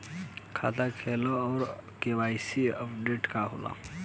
खाता खोलना और के.वाइ.सी अपडेशन का होला?